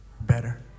better